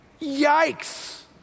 yikes